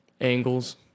Angles